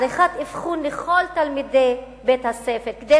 בעריכת אבחון לכל תלמידי בית-הספר כדי